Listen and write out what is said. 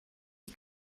you